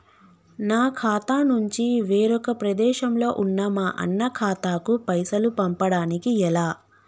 నా ఖాతా నుంచి వేరొక ప్రదేశంలో ఉన్న మా అన్న ఖాతాకు పైసలు పంపడానికి ఎలా?